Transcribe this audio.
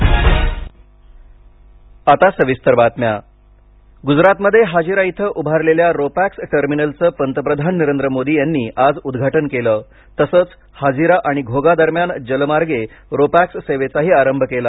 पंतप्रधान गुजरातमध्ये हाजिरा इथं उभारलेल्या रो पॅक्स टर्मिनलचं पंतप्रधान नरेंद्र मोदी यांनी आज उद्घाटन केलं तसंच हाजिरा आणि घोगा दरम्यान जलमार्गे रो पॅक्स सेवेचाही आरंभ केला